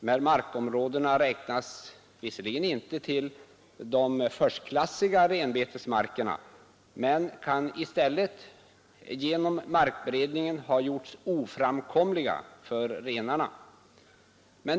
Dessa markområden räknas visserligen inte till de förstklassiga renbetesmarkerna, men kan i stället genom markberedningen ha gjorts oframkomliga för renarna.